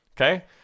Okay